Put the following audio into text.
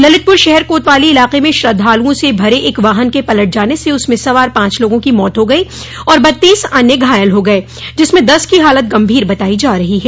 ललितपुर शहर कोतवाली इलाके में श्रद्धालुओं से भरे एक वाहन के पलट जाने से उसमें सवार पांच लोगों की मौत हो गई और बत्तीस अन्य घायल हो गये जिसमें दस की हालत गंभीर बताई जा रही है